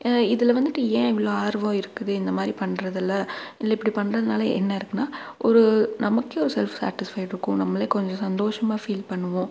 இதில் வந்துட்டு ஏன் இவ்வளோ ஆர்வம் இருக்குது இந்த மாதிரி பண்றதில் இல்லை இப்படி பண்றதுனால் என்ன இருக்குனால் ஒரு நமக்கே ஒரு செல்ஃப் சேட்டிஸ்ஃபைடிருக்கும் நம்மளே கொஞ்சம் சந்தோஷமாக ஃபீல் பண்ணுவோம்